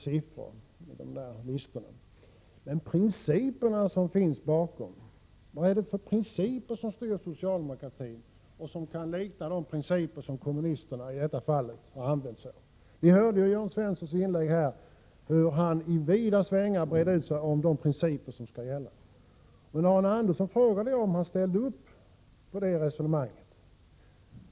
Vilka principer ligger bakom och styr socialdemokratin, som kan likna de principer som kommunisterna i detta fall utgått från? Vi hörde hur Jörn Svensson i sitt inlägg med vida svängar bredde ut sig om de principer som skall gälla. Jag frågade Arne Andersson om han ställde upp på det resonemanget.